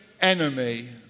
enemy